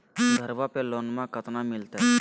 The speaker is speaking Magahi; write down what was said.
घरबा पे लोनमा कतना मिलते?